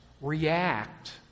react